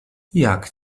jak